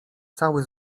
cały